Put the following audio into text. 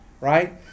right